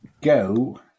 go